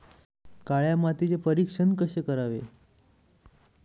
काळ्या मातीचे परीक्षण कसे करायचे?